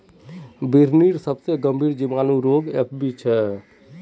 बिर्निर सबसे गंभीर जीवाणु रोग एफ.बी छे